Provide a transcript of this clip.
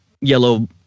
yellow